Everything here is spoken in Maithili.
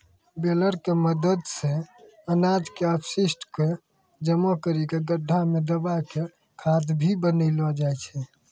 बेलर के मदद सॅ अनाज के अपशिष्ट क जमा करी कॅ गड्ढा मॅ दबाय क खाद भी बनैलो जाय छै